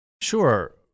Sure